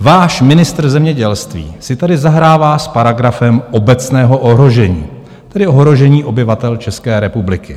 Váš ministr zemědělství si tady zahrává s paragrafem obecného ohrožení, tedy ohrožení obyvatel České republiky.